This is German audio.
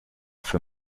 für